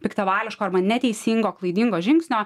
piktavališko arba neteisingo klaidingo žingsnio